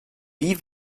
wie